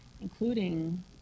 including